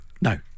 No